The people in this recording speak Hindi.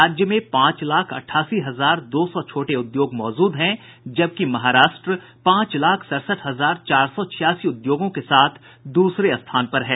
राज्य में पांच लाख अठासी हजार दो सौ छोटे उद्योग मौजूद हैं जबकि महाराष्ट्र पांच लाख सड़सठ हजार चार सौ छियासी उद्योगों के साथ दूसरे स्थान पर हैं